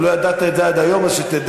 אם לא ידעת את זה עד היום, שתדע.